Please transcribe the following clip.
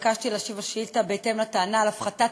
נתבקשתי להשיב על שאילתה בהתאם לטענה על הפחתת